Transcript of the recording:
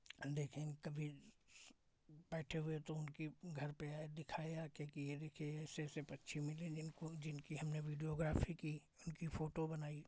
देखने में कभी बैठे हुए तो उनकी घर पे आए दिखाया आके कि ये देखो ऐसे ऐसे पक्षी मिलेंगे तो जिनकी हमने वीडियोग्राफी की उनकी फोटो बनाई